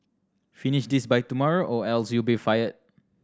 finish this by tomorrow or else you'll be fired